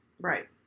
Right